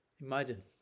Imagine